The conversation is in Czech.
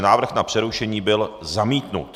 Návrh na přerušení byl zamítnut.